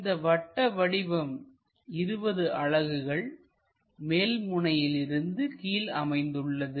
இந்த வட்ட வடிவம் 20 அலகுகள் மேல் முனையிலிருந்து கீழ் அமைந்துள்ளது